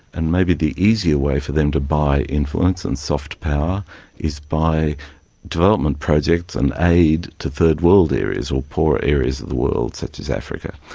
and maybe the easier way for them to buy influence and soft power is by development projects and aid to third world areas or poorer areas of the world such as africa.